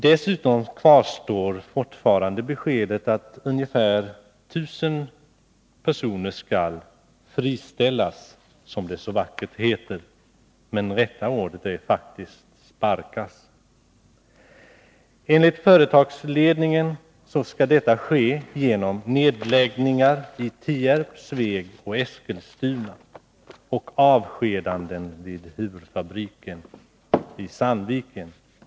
Dessutom kvarstår fortfarande beskedet att ungefär tusen personer skall friställas, som det så vackert heter. Rätta ordet är faktiskt sparkas. Enligt företagsledningen skall detta ske genom nedläggningar i Tierp, Sveg och Eskilstuna och genom avskedanden av några hundra anställda vid huvudfabriken i Sandviken.